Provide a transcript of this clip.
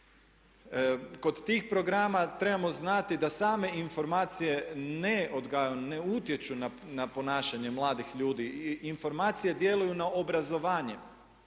Kod tih programa trebamo znati da same informacije ne utječu na ponašanje mladih ljudi i informacije djeluju na obrazovanje.